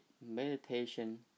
Meditation